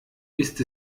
ist